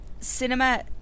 cinema